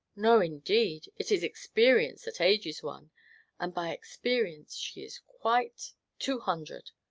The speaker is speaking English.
no, indeed it is experience that ages one and by experience she is quite two hundred!